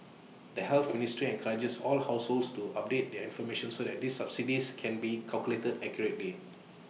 the health ministry encourages all households to update their information so these subsidies can be calculated accurately